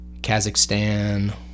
Kazakhstan